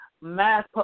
mass